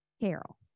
Carol